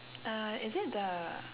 uh is it the